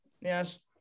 Yes